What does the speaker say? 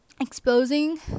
exposing